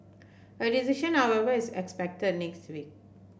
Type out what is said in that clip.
a decision however is expected next week